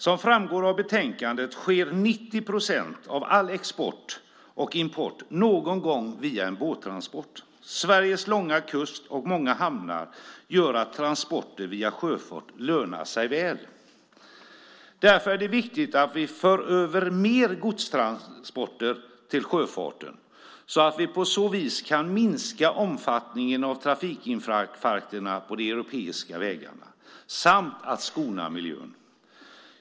Som framgår av betänkandet sker 90 procent av all export och import någon gång via båttransport. Sveriges långa kust och många hamnar gör att transporter via sjöfart lönar sig väl. Därför är det viktigt att vi för över mer godstransporter till sjöfarten, så att vi på så vis kan minska omfattningen av trafikinfarkten på de europeiska vägarna samt skona miljön.